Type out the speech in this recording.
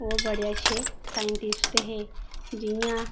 ओह् बडे़ अच्छे साइंटिस्ट हे जि'यां